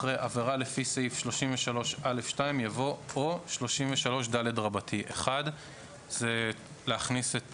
אחרי "עבירה לפי סעיף 33א(2)" יבוא "או 33ד1"; להכניס את